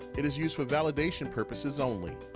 it is used for validation purposes only.